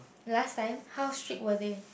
last time how strict were they